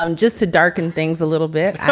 um just to darken things a little bit,